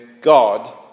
God